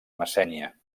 messènia